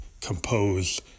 compose